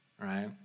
right